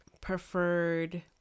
preferred